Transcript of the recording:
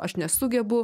aš nesugebu